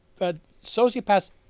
sociopaths